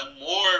more